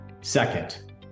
Second